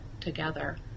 together